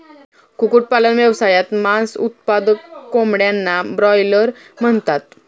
कुक्कुटपालन व्यवसायात, मांस उत्पादक कोंबड्यांना ब्रॉयलर म्हणतात